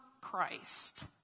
Christ